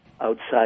outside